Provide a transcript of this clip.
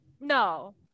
No